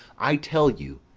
i tell you,